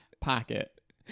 pocket